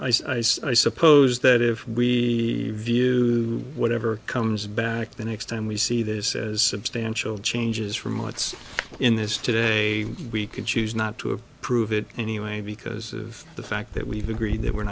now i suppose that if we view whatever comes back the next time we see this as substantial changes for months in this today we can choose not to approve it anyway because of the fact that we've agreed that we're